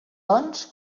doncs